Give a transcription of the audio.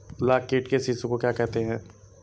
लाख कीट के शिशु को क्या कहते हैं?